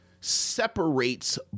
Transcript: separates